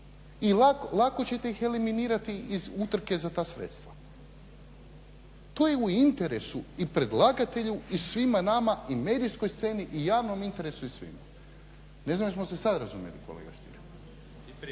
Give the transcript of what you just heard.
i lako ćete ih eliminirati iz utrke za ta sredstva. To je u interesu i predlagatelju i svima nama i medijskoj sceni i javnom interesu i svima. Ne znam jesmo li se sada razumjeli kolega Stier?